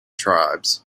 tribes